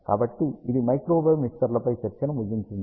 కాబట్టి ఇది మైక్రోవేవ్ మిక్సర్లపై చర్చను ముగింసింది